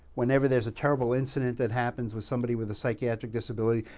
whenever there's a terrible incident that happens with somebody with a psychiatric disability,